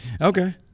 okay